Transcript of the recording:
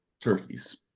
turkeys